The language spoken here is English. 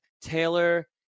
Taylor